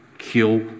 Kill